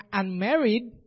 unmarried